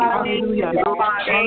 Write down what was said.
Hallelujah